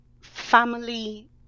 family